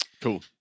Cool